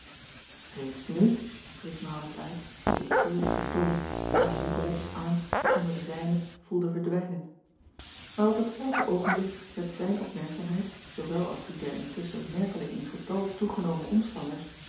eeds nu riep aurits uit op een treurigen toon terwijl hij icolettes arm van onder den zijnen voelde verdwijnen aar op datzelfde oogenblik werd zijn opmerkzaamheid zoowel als die der intusschen merkelijk in getal toegenomen omstanders